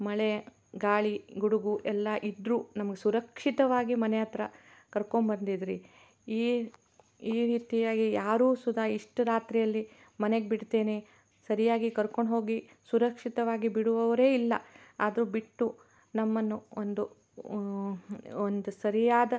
ಮಳೆ ಗಾಳಿ ಗುಡುಗು ಎಲ್ಲ ಇದ್ದರೂ ನಮಗೆ ಸುರಕ್ಷಿತವಾಗಿ ಮನೆ ಹತ್ತಿರ ಕರ್ಕೊಂಬಂದಿದ್ದಿರಿ ಈ ಈ ರೀತಿಯಾಗಿ ಯಾರು ಸುತ ಇಷ್ಟು ರಾತ್ರಿಯಲ್ಲಿ ಮನೆಗೆ ಬಿಡ್ತೇನೆ ಸರಿಯಾಗಿ ಕರ್ಕೊಂಡು ಹೋಗಿ ಸುರಕ್ಷಿತವಾಗಿ ಬಿಡುವವರೇ ಇಲ್ಲ ಆದರೂ ಬಿಟ್ಟು ನಮ್ಮನ್ನು ಒಂದು ಒಂದು ಸರಿಯಾದ